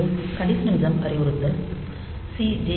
மேலும் conditional jump அறிவுறுத்தல் C